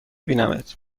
بینمت